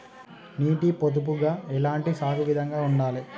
నీటి పొదుపుగా ఎలాంటి సాగు విధంగా ఉండాలి?